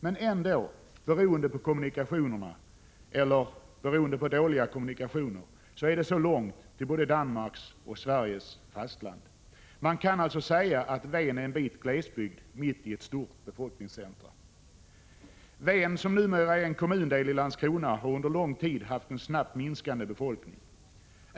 Men ändå, beroende på dåliga kommunikationer, är det långt till både Danmarks och Sveriges fastland. Man kan alltså säga att Ven är en bit glesbygd mitt i ett stort befolkningscentrum. Ven, som numera är en kommundel i Landskrona, har under lång tid haft en snabbt minskande befolkning.